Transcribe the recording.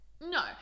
no